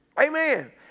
Amen